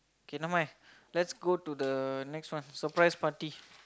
okay never mind let's go to the next one surprise party